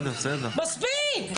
מספיק.